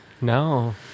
No